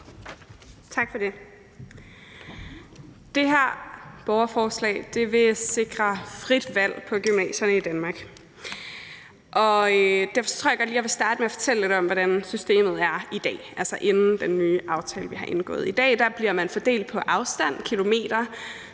Tak for det. Det her borgerforslag vil sikre frit valg på gymnasierne i Danmark. Derfor tror jeg godt lige, jeg vil starte med at fortælle lidt om, hvordan systemet er i dag. I dag bliver man fordelt på baggrund af